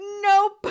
nope